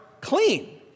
clean